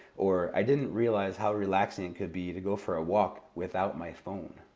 or i didn't realize how relaxing it could be to go for a walk without my phone.